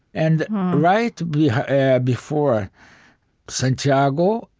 and right yeah before santiago,